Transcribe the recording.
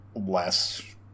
less